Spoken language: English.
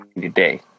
today